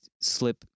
slip